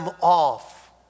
off